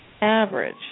average